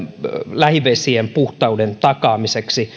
lähivesien puhtauden takaamiseksi